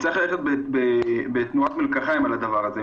צריך ללכת בתנועת מלקחיים על הדבר הזה.